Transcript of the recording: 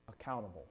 accountable